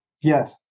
Yes